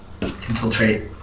Infiltrate